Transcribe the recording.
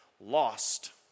lost